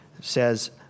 says